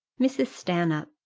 mrs. stanhope,